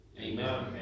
Amen